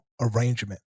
arrangement